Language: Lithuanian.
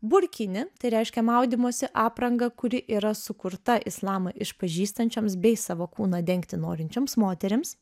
burkinį tai reiškia maudymosi aprangą kuri yra sukurta islamą išpažįstančioms bei savo kūną dengti norinčioms moterims